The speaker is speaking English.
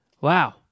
Wow